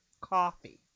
Coffee